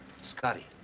Scotty